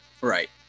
Right